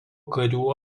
karių